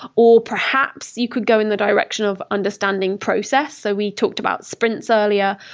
or perhaps you could go in the direction of understanding process. so we talked about sprints earlier.